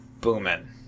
booming